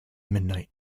midnight